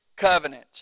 covenant